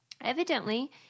evidently